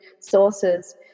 sources